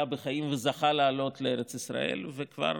שהיה בחיים וזכה לעלות לארץ ישראל, וכבר